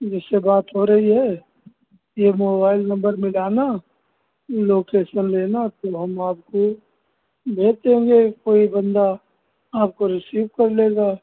जिससे बात हो रही है फिर मोबाइल नंबर मिलाना लोकेशन लेना फिर हम आपको भेज देंगे कोई बंदा आपको रिसीव कर लेगा